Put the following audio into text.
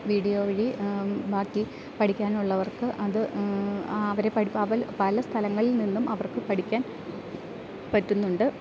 video വഴി ബാക്കി പഠിക്കാനുള്ളവർക്ക് അത് അവരെ പഠിച്ച് അവർ പല സ്ഥലങ്ങളിൽ നിന്നും അവർക്ക് പഠിക്കാൻ പറ്റുന്നുണ്ട്